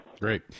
Great